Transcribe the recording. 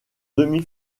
demi